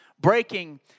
breaking